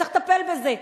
צריך לטפל בזה.